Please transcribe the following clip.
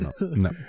No